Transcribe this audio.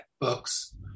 books